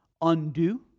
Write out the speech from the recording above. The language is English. undo